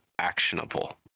actionable